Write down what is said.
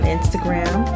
Instagram